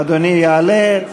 אדוני יעלה,